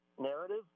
narrative